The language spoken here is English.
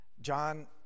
John